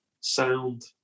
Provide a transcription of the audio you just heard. sound